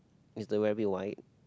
is the rabbit white